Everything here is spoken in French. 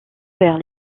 vers